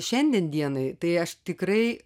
šiandien dienai tai aš tikrai